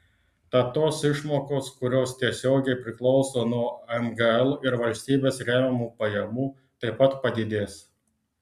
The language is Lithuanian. tad tos išmokos kurios tiesiogiai priklauso nuo mgl ir valstybės remiamų pajamų taip pat padidės